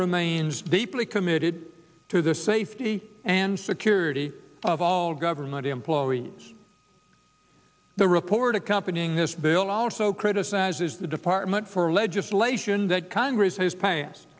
remains deeply committed to the safety and security of all government employees the report accompanying this bill also criticizes the department for legislation that congress has passed